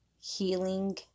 healing